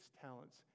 talents